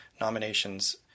nominations